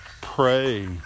pray